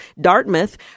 Dartmouth